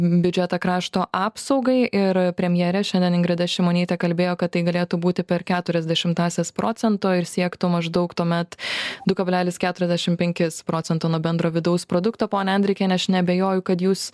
biudžetą krašto apsaugai ir premjerė šiandien ingrida šimonytė kalbėjo kad tai galėtų būti per keturias dešimtasias procento ir siektų maždaug tuomet du kablelis keturiasdešim penkis procento nuo bendro vidaus produkto ponia andrikiene aš neabejoju kad jūs